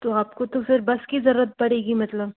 तो आपको तो फिर बस की जरूरत पड़ेगी मतलब